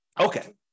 Okay